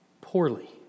poorly